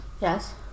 Yes